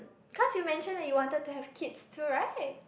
cause you mention that you wanted to have kids too right